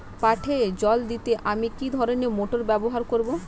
পাটে জল দিতে আমি কি ধরনের মোটর ব্যবহার করব?